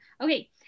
Okay